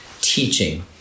teaching